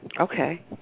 Okay